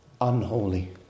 unholy